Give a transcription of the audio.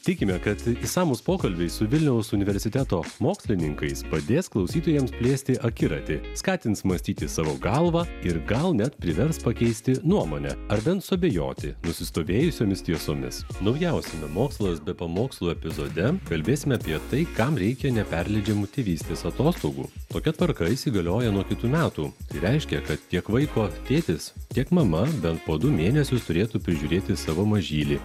tikime kad išsamūs pokalbiai su vilniaus universiteto mokslininkais padės klausytojams plėsti akiratį skatins mąstyti savo galva ir gal net privers pakeisti nuomonę ar bent suabejoti nusistovėjusiomis tiesomis naujausiame mokslas be pamokslų epizode kalbėsime apie tai kam reikia neperleidžiamų tėvystės atostogų tokia tvarka įsigalioja nuo kitų metų tai reiškia kad tiek vaiko tėtis tiek mama bent po du mėnesius turėtų prižiūrėti savo mažylį